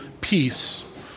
peace